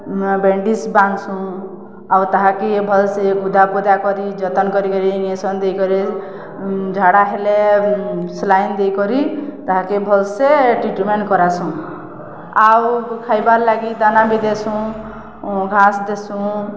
bandage ବାନ୍ଧ୍ସୁଁ ଆଉ ତାହାକେ ଭଲ୍ସେ ଗୁଦା ପୁଦା କରି ଯତ୍ନ କରି କରି ଇଞ୍ଜେକ୍ସନ୍ ଦେଇକରି ଝାଡ଼ା ହେଲେ ସେଲାଇନ୍ ଦେଇକରି ତାହାକେ ଭଲ୍ସେ ଟ୍ରିଟ୍ମେଣ୍ଟ୍ କରାସୁଁ ଆଉ ଖାଏବାର୍ ଲାଗି ଦାନା ବି ଦେସୁଁ ଘାସ୍ ଦେସୁଁ